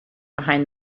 behind